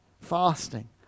fasting